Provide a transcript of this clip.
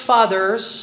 Fathers